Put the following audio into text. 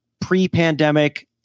pre-pandemic